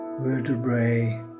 vertebrae